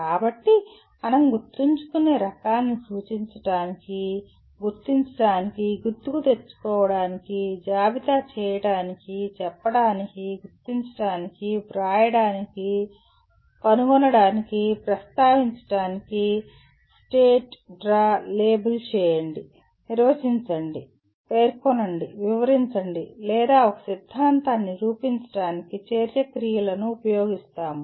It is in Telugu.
కాబట్టి మనం గుర్తుంచుకునే రకాన్ని సూచించడానికి గుర్తించడానికి గుర్తుకు తెచ్చుకోవడానికి జాబితా చేయడానికి చెప్పడానికి గుర్తించడానికి వ్రాయడానికి కనుగొనడానికి ప్రస్తావించడానికి స్టేట్ డ్రా లేబుల్ చేయండి నిర్వచించండి పేర్కొనండి వివరించండి లేదా ఒక సిద్ధాంతాన్ని నిరూపించడానికి చర్య క్రియలను ఉపయోగిస్తాము